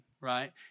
right